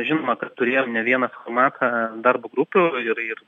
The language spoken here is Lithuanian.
žinoma kad turėjom ne vieną formatą darbo grupių ir ir